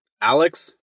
Alex